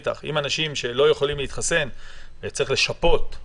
אדם לא אדם שרק דואג לעצמו ולזכויותיו כאינדיבידואל בודד,